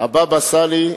הבבא סאלי,